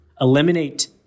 eliminate